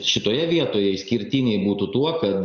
o šit šitoje vietoje išskirtiniai būtų tuo kad